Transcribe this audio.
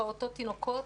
פעוטות תינוקות,